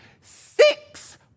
Six